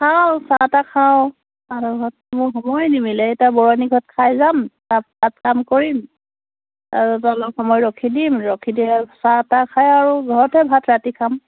খাওঁ চাহ তাহ খাওঁ তাহাঁতৰ ঘৰত মোৰ সময় নিমিলে এতিয়া বৰুৱানী ঘৰত খাই যাম তাত তাত কাম কৰিম আৰু তাৰপিছত অলপ সময় ৰখি দিম ৰখি দিয়ে আৰু চাহ তাহ খাই আৰু ঘৰতেই ভাত ৰাতি খাম